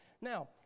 now